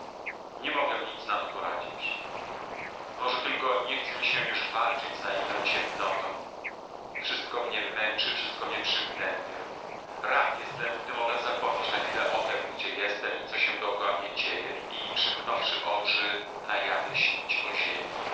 nie mogę nic na to poradzić może tylko nie chce mi się już walczyć z naiwną ciemnotą wszystko mnie męczy wszystko mnie przygnębia rad jestem gdy mogę zapomnieć na chwilę o tem gdzie jestem i co się dokoła mnie dzieje i przymknąwszy oczy na jawie śnić o ziemi